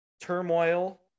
turmoil